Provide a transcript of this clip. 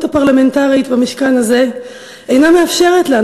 הפרלמנטרית במשכן הזה אינה מאפשרת לנו,